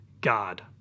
God